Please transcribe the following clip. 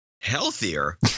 Healthier